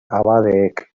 abadeek